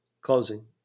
closing